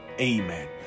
Amen